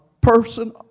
person